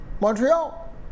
Montreal